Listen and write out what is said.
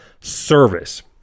service